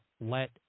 let